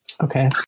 Okay